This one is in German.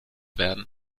werden